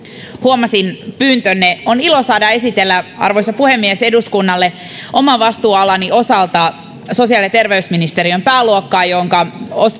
huomasin pyyntönne on ilo saada esitellä arvoisa puhemies eduskunnalle oman vastuualani osalta sosiaali ja terveysministeriön pääluokkaa jonka